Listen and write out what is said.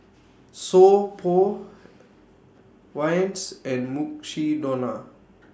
So Pho Vans and Mukshidonna